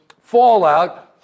fallout